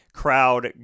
crowd